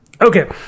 Okay